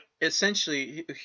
essentially